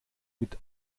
mit